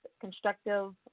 constructive